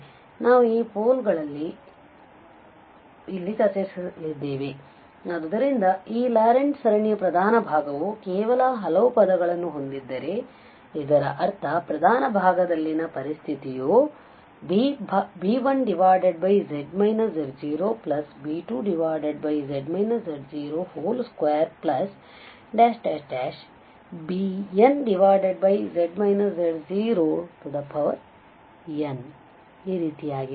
ಆದ್ದರಿಂದ ನಾವು ಈ ಪೋಲ್ ವನ್ನು ಅಲ್ಲಿ ಚರ್ಚಿಸೋಣ ಆದ್ದರಿಂದ ಈ ಲಾರೆಂಟ್ ಸರಣಿಯ ಪ್ರಧಾನ ಭಾಗವು ಕೇವಲ ಹಲವು ಪದಗಳನ್ನು ಹೊಂದಿದ್ದರೆ ಇದರರ್ಥ ಪ್ರಧಾನ ಭಾಗದಲ್ಲಿನ ಪರಿಸ್ಥಿತಿಯು b1 z z0b2z z02bmz z0m ಈ ರೀತಿಯಾಗಿದೆ